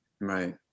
Right